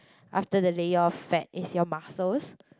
after the layer of fat is your muscles